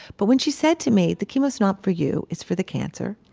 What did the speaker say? but when she said to me, the chemo's not for you, it's for the cancer.